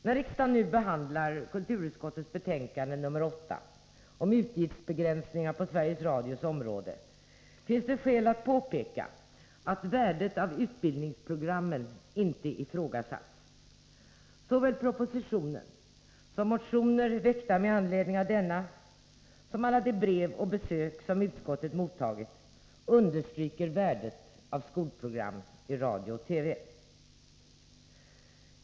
När riksdagen nu behandlar kulturutskottets betänkande nr 8 om utgiftsbegränsningar på Sveriges Radios område finns det skäl att påpeka att värdet av utbildningsprogrammen inte ifrågasatts. Såväl propositionen och motioner väckta med anledning av denna som alla de brev och besök som utskottet mottagit understryker värdet av skolprogram i radio och TV.